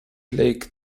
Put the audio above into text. lake